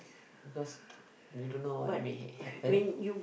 because you don't know what may happen